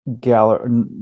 gallery